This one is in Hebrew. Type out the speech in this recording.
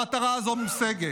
המטרה הזו מושגת.